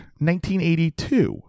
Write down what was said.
1982